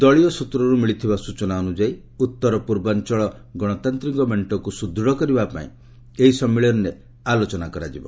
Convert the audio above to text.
ଦଳୀୟ ସୂତ୍ରରୁ ମିଳିଥିବା ସୂଚନା ଅନୁଯାୟୀ ଉତ୍ତରପୂର୍ବାଞ୍ଚଳର ଗଣତାନ୍ତିକ ମେଷ୍ଟକୁ ସୁଦୃତ୍ କରିବା ପାଇଁ ଏହି ସମ୍ମିଳନୀରେ ଆଲୋଚନା କରାଯିବ